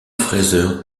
fraser